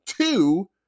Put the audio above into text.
two